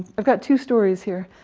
i've got two stories here.